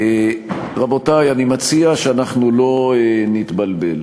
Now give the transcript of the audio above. רבותי, אני מציע שאנחנו לא נתבלבל.